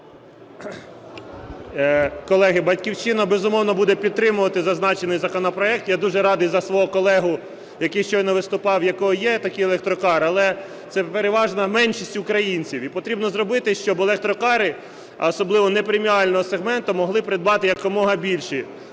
Колеги, "Батьківщина", безумовно, буде підтримувати зазначений законопроект. Я дуже радий за свого колегу, який щойно виступав, в якого є такий електрокар, але це переважна меншість українців. І потрібно зробити, щоб електрокари, а особливо не преміального сегменту, могли придбати якомога більше.